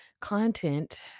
content